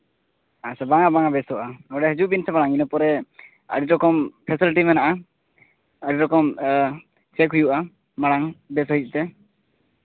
ᱵᱟᱝᱼᱟ ᱵᱟᱝᱼᱟ ᱵᱮᱥᱚᱜᱼᱟ ᱱᱚᱰᱮ ᱦᱤᱡᱩᱜ ᱵᱤᱱ ᱥᱮ ᱵᱟᱝ ᱤᱱᱟᱹ ᱯᱚᱨᱮ ᱟᱹᱰᱤ ᱨᱚᱠᱚᱢ ᱯᱷᱮᱥᱮᱞᱤᱴᱤ ᱢᱮᱱᱟᱜᱼᱟ ᱟᱹᱰᱤ ᱨᱚᱠᱚᱢ ᱪᱮᱠ ᱦᱩᱭᱩᱜᱼᱟ ᱢᱟᱲᱟᱝ ᱵᱮᱥ ᱥᱟᱺᱦᱤᱡ ᱛᱮ